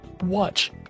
watch